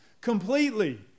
completely